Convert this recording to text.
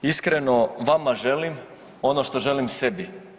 Iskreno, vama želim ono što želim sebi.